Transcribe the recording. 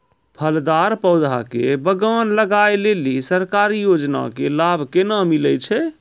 फलदार पौधा के बगान लगाय लेली सरकारी योजना के लाभ केना मिलै छै?